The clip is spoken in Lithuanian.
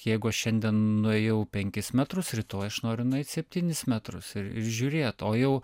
jeigu aš šiandien nuėjau penkis metrus rytoj aš noriu nueit septynis metrus ir žiūrėt o jau